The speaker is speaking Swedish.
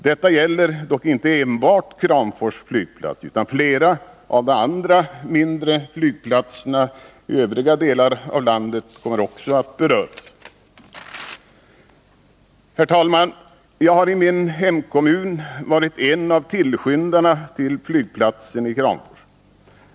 Detta gäller dock inte enbart Kramfors flygplats, utan flera av de andra mindre flygplatserna i övriga delar av landet berörs också. Herr talman! Jag har i min hemkommun varit en av tillskyndarna till flygplatsen i Kramfors.